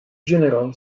general